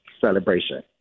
celebration